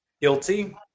Guilty